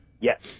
Yes